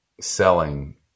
selling